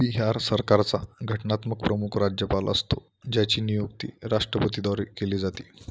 बिहार सरकारचा घटनात्मक प्रमुख राज्यपाल असतो ज्याची नियुक्ती राष्ट्रपतीद्वारे केली जाते